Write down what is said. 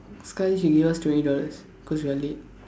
sekali she give us twenty dollars cause we are late